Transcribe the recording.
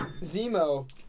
Zemo